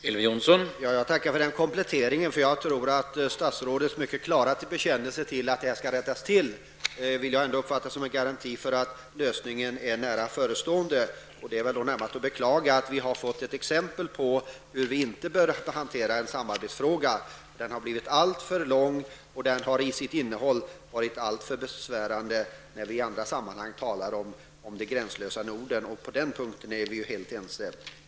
Herr talman! Jag tackar för den kompletteringen. Statsrådets mycket klara bekännelse av att det här måste rättas till vill jag uppfatta som en garanti för att lösningen är nära förestående. Det är närmast att beklaga att vi har fått ett exempel på hur vi inte bör hantera en samarbetsfråga. Den har blivit alltför långdragen, och den har till sitt innehåll varit alltför besvärande när vi i andra sammanhang talar om det gränslösa Norden. På den punkten är vi helt ense.